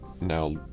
Now